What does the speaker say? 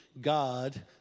God